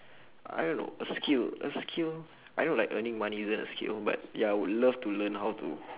I don't know a skill a skill I know like earning money isn't a skill ya but I would love to learn how to